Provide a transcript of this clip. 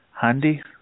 handy